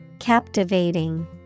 Captivating